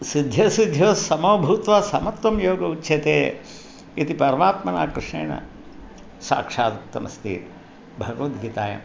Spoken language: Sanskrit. सिद्ध्यसिद्ध्यौस्समो भूत्वा समत्वं योगो उच्यते इति परमात्मना कृष्णेन साक्षादुक्तमस्ति भगवद्गीतायाम्